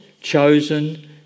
Chosen